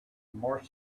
more